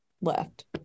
left